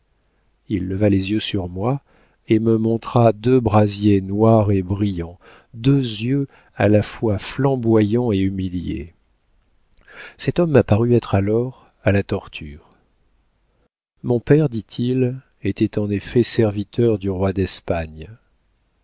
il leva les yeux sur moi et me montra deux brasiers noirs et brillants deux yeux à la fois flamboyants et humiliés cet homme m'a paru être alors à la torture mon père dit-il était en effet serviteur du roi d'espagne